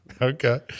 Okay